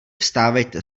vstávejte